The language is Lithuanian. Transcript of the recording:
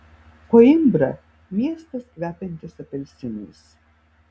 koimbra miestas kvepiantis apelsinais